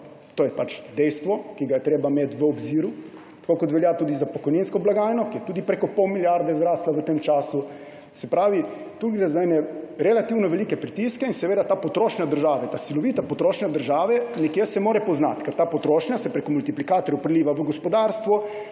To je pač dejstvo, ki ga je treba imeti v obziru, tako kot velja tudi za pokojninsko blagajno, ki je tudi prek pol milijarde zrasla v tem času. Se pravi, tu gre za ene relativno velike pritiske. In ta potrošnja države, ta silovita potrošnja države se nekje mora poznati. Ta potrošnja se prek multiplikatorjev priliva v gospodarstvo